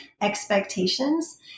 expectations